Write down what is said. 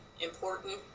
important